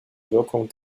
wirkung